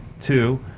Two